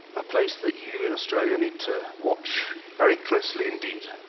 a place that you and australia need to watch very closely indeed.